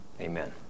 Amen